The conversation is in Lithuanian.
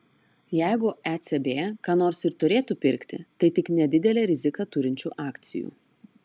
jeigu ecb ką nors ir turėtų pirkti tai tik nedidelę riziką turinčių akcijų